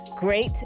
Great